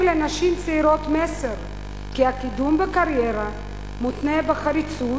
לנשים צעירות מסר כי הקידום בקריירה מותנה בחריצות,